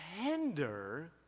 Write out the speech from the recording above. tender